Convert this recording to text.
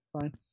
fine